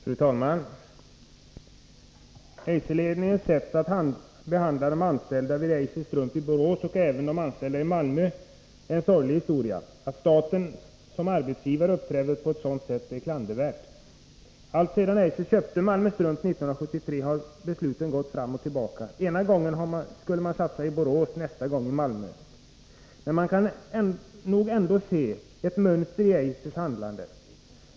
Fru talman! Eiserledningens sätt att behandla de anställda vid Eiser Strump i Borås — och även de anställda i Malmö — är en sorglig historia. Att staten som arbetsgivare uppträder på ett sådant här sätt är klandervärt. Alltsedan Eiser köpte Malmö Strump 1973 har besluten gått fram och tillbaka. Ena gången skulle man satsa i Borås, nästa gång i Malmö. Det går nog ändå att se ett mönster i Eisers handlande.